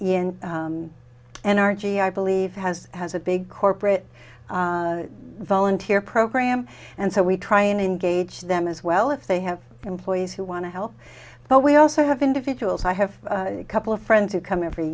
v i believe has has a big corporate volunteer program and so we try and engage them as well if they have employees who want to help but we also have individuals i have a couple of friends who come every